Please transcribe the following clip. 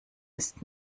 ist